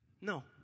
No